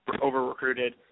over-recruited